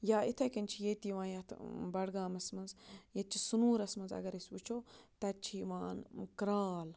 یا یِتھَے کٔنۍ چھِ ییٚتہِ یِوان یتھ بَڈگامَس مَنٛز ییٚتہِ چھِ سُنوٗرَس مَنٛز اَگَر أسۍ وٕچھو تَتہِ چھِ یِوان کرٛال